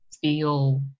feel